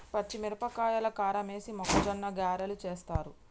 పచ్చిమిరపకాయల కారమేసి మొక్కజొన్న గ్యారలు చేస్తారు